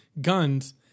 guns